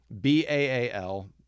B-A-A-L